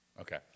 Okay